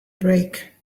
break